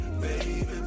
baby